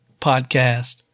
podcast